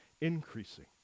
increasing